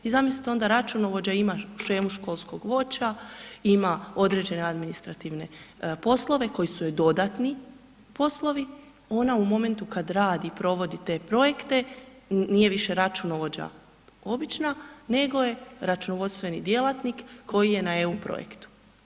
I zamislite onda računovođa ima shemu školskog voća, ima određene administrativne poslove koji su joj dodatni poslovi, ona u momentu kad radi provodi te projekte nije više računovođa obična, nego je računovodstveni djelatnik koji je na EU projektu.